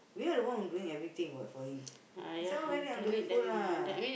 we are the one who doing everything what for him someone very ungrateful lah